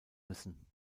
müssen